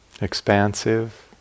expansive